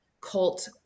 cult